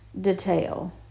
detail